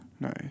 Nice